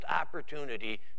opportunity